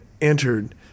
entered